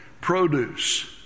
produce